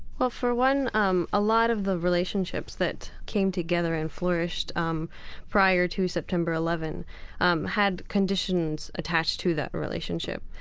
well, for one, um a lot of the relationships that came together and flourished um prior to september eleven um had conditions attached to that relationship.